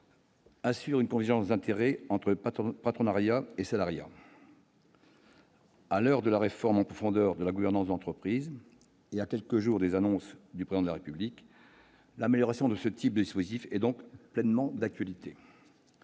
assure une convergence des intérêts entre patronat et salariat. À l'heure de la réforme en profondeur de la gouvernance de l'entreprise, et à quelques jours des annonces du Président de la République, l'amélioration de ce type de dispositif est donc pleinement d'actualité.